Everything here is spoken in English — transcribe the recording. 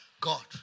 God